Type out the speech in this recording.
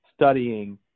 studying